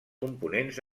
components